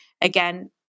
Again